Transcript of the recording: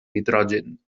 nitrogen